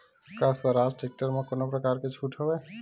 का स्वराज टेक्टर म कोनो प्रकार के छूट हवय?